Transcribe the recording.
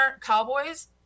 cowboys